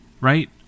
right